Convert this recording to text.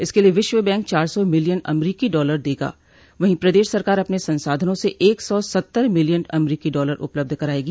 इसके लिये विश्व बैंक चार सौ मिलियन अमरीकी डॉलर देगा वहीं प्रदेश सरकार अपने संसाधनों से एक सौ सत्तर मिलियन अमरीकी डॉलर उपलब्ध करायेगी